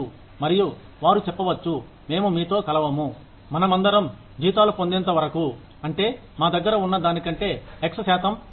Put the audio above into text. మరియు వారు చెప్పవచ్చు మేము మీతో కలవము మనమందరం జీతాలు పొందే అంతవరకు అంటే మా దగ్గర ఉన్న దానికంటే ఎక్స్ శాతం ఎక్కువ